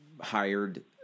hired